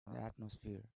atmosphere